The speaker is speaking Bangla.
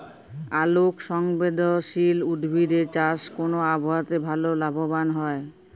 আলোক সংবেদশীল উদ্ভিদ এর চাষ কোন আবহাওয়াতে ভাল লাভবান হয়?